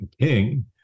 king